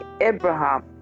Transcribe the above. Abraham